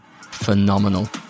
phenomenal